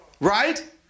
Right